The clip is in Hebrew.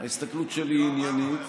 ההסתכלות שלי עניינית.